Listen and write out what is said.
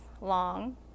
long